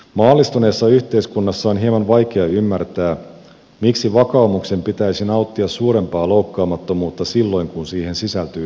maallistuneessa yhteiskunnassa on hieman vaikea ymmärtää miksi vakaumuksen pitäisi nauttia suurempaa loukkaamattomuutta silloin kun siihen sisältyy henkiolento